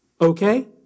okay